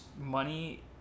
money